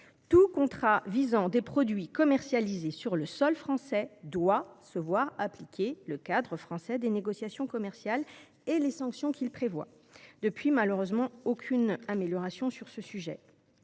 tout contrat visant des produits commercialisés sur le sol français doit se voir appliquer le cadre français des négociations commerciales et les sanctions qu’il prévoit. Depuis lors, malheureusement, aucune amélioration n’a été